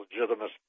legitimate